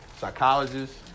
psychologists